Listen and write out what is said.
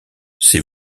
ses